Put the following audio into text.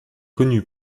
connue